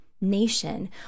nation